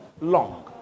Long